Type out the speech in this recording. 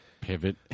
Pivot